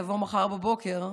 לבוא מחר בבוקר,